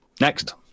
next